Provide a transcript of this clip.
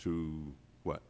to what